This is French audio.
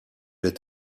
est